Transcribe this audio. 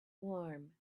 warm